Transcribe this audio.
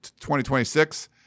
2026